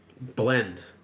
blend